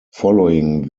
following